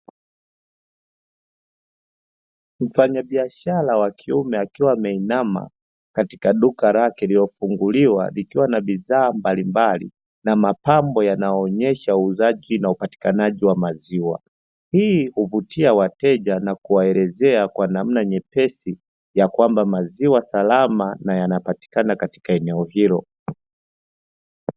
Mfanyabiashara wa kiume akiwa ameinama katika duka lake lililofunguliwa likiwa na bidhaa mbalimbali na mapambo yanaonyesha uuzaji na upatikanaji wa maziwa. Hii huvutia wateja na kuwaelezea kwa namna nyepesi ya kwamba maziwa salama na yanapatikana katika eneo hilo.